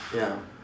ya